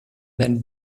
then